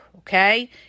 Okay